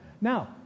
now